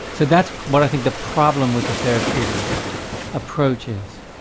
so that's what i think the problem with the therapeutic approach is.